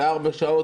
וארבע שעות,